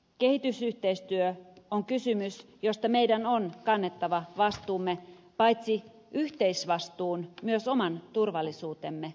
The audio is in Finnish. kehitysyhteistyö on kysymys josta meidän on kannettava vastuumme paitsi yhteisvastuun myös oman turvallisuutemme nimissä